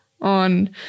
on